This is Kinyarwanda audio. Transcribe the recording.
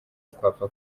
twapfa